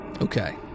Okay